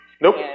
Nope